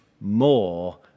more